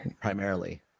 primarily